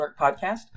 Podcast